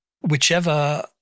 whichever